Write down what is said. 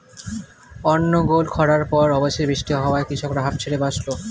অনর্গল খড়ার পর অবশেষে বৃষ্টি হওয়ায় কৃষকরা হাঁফ ছেড়ে বাঁচল